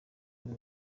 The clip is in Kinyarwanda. w’u